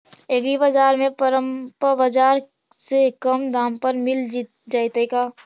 एग्रीबाजार में परमप बाजार से कम दाम पर मिल जैतै का?